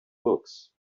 books